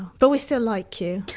but we still like you!